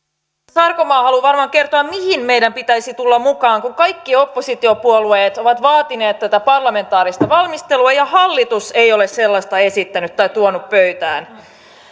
sarkomaa haluaa varmaan kertoa mihin meidän pitäisi tulla mukaan kun kaikki oppositiopuolueet ovat vaatineet tätä parlamentaarista valmistelua ja hallitus ei ole sellaista esittänyt tai tuonut pöytään